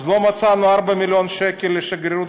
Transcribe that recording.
אז לא מצאנו 4 מיליון שקל לשגרירות